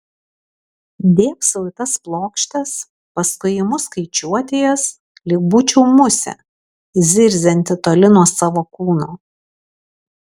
dėbsau į tas plokštes paskui imu skaičiuoti jas lyg būčiau musė zirzianti toli nuo savo kūno